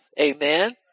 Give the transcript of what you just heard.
Amen